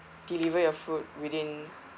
deliver your food within